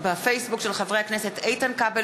של חברי הכנסת איתן כבל,